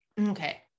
Okay